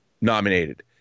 nominated